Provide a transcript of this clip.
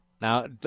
Now